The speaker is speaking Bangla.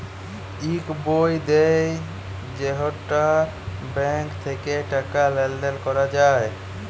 ইক বই দেয় যেইটা ব্যাঙ্ক থাক্যে টাকা লেলদেল ক্যরা যায়